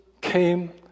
came